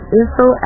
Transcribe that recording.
info